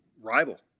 rival